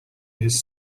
his